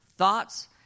Thoughts